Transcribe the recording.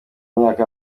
myaka